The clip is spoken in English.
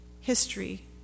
history